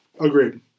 Agreed